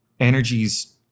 energies